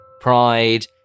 pride